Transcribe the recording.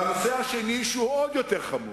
והנושא השני, שהוא עוד יותר חמור,